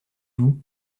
vous